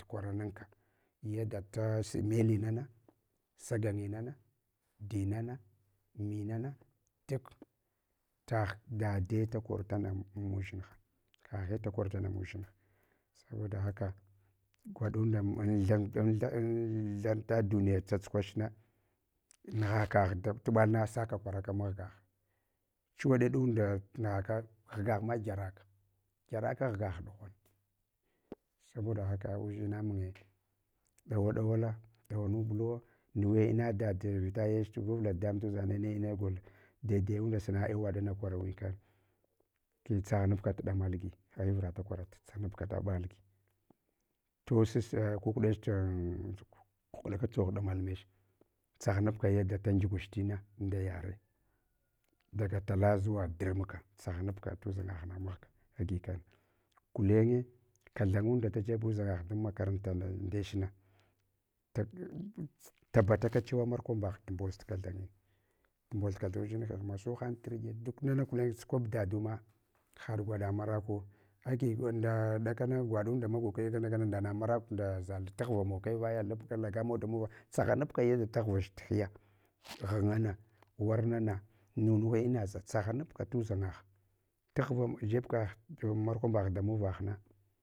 Kwwarnaka yada tas melinana, saga’ngina na, dinana, minana duk tagh dade da korana mudʒinha kaghe da kortana mukdʒinha. Saboda haka gwadon da an than anthamfa duniya tsatsukwach na, mugha kagh duk tuɓalna saka kwaraka mahgagh uwwaɗeɗunda nughaka ghagaghma gyarak, gyaraka ghghagh. Saboda haka udʒima munye ɗawa ɗawala dawanubulu wo, nuwe ina dada vita yayach vunula dadamun tudʒangna, ne inagol dowda ya, unda suna wa ɗane kwarawun kana. Ki tsaghanabkat ɗamalgi aghai vurada kwarata tsaghanabkal damalgi. To sas kukɗach, kukɗaka tsogh damad nech, tsaghanabka yada da ngiguch tina nda yare, daga tala zuwa durmuka, tsaghanabka hudʒangagha na mahga agi kana. Gulenye kathan nguda tajeb udʒangagh dan makaranta ndechna tabataka chewa markwam bagh tu mboz tkatha’nyine, t m boʒ kathan huʒinhin mashulhan tirɗe duk nana gulen sukwab daduma har gwaɗa marathuwo, agi nda ɗakana gwaɗunda magukaya kana ndaghna maraku, nda zal tah ramawa kaya vaya lubka lagamawa da muvah tsaghabka yada taghvach t’hiya, nyingana warna na nunuwe inʒa tsaghanabka tudʒangagh, taghva jebka markwambagh da muvah na.